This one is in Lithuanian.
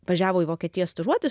važiavo į vokietiją stažuotis